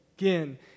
Again